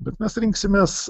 bet mes rinksimės